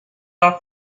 off